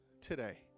today